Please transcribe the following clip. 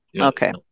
Okay